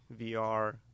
VR